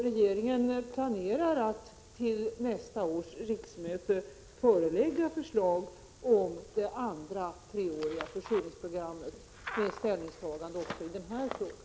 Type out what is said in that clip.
Regeringen planerar att till nästa års riksmöte framlägga förslag om det andra treåriga försurningsprogrammet, med ställningstagande också i den här frågan.